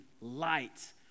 light